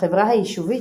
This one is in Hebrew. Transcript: החברה היישובית,